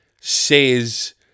says